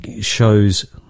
shows